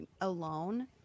alone